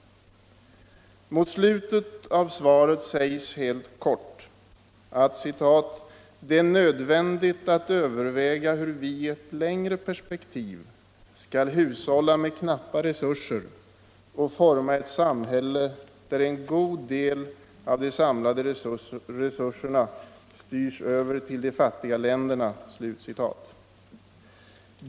Mot slutet av svaret sägs helt kort att ”är det nödvändigt att överväga hur vi i ett längre perspektiv skall hushålla med knappa resurser och forma ett samhälle där en god del av de samlade resurserna styrs över till de fattiga länderna —---".